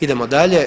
Idemo dalje.